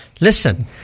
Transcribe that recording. listen